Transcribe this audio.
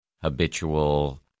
habitual